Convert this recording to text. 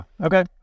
okay